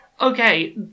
okay